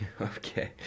Okay